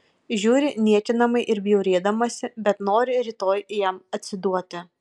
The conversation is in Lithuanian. žiūri niekinamai ir bjaurėdamasi bet nori rytoj jam atsiduoti